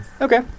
Okay